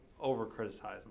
over-criticize